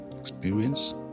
experience